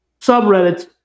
subreddits